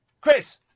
Chris